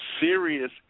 serious